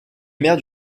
mère